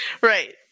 right